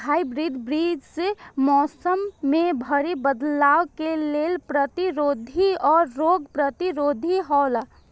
hybrid बीज मौसम में भारी बदलाव के लेल प्रतिरोधी और रोग प्रतिरोधी हौला